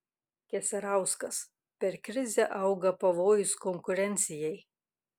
keserauskas per krizę auga pavojus konkurencijai